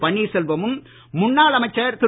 பன்னீர்செல்வமும் முன்னாள் அமைச்சர் திரு